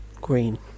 Green